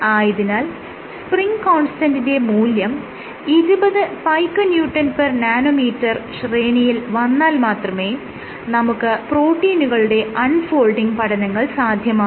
ആയതിനാൽ സ്പ്രിങ് കോൺസ്റ്റന്റിന്റെ മൂല്യം 20 പൈക്കോന്യൂട്ടൺ പെർ നാനോമീറ്റർ Piconewtonnanometer ശ്രേണിയിൽ വന്നാൽ മാത്രമേ നമുക്ക് പ്രോട്ടീനുകളുടെ അൺ ഫോൾഡിങ് പഠനങ്ങൾ സാധ്യമാകൂ